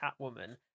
catwoman